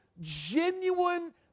genuine